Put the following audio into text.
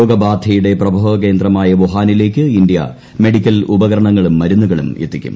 രോഗബാധയുടെ പ്രഭവകേന്ദ്രമായ വുഹാനിലേക്ക് India medical ഉപകരണങ്ങളും മരുന്നുകളും എത്തിക്കും